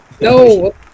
No